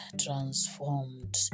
transformed